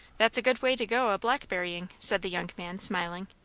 that's a good way to go a-blackberrying, said the young man, smiling.